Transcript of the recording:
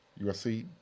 USC